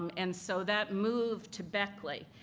um and so that move to beckley,